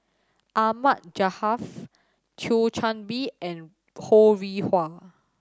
Ahmad Jaafar Thio Chan Bee and Ho Rih Hwa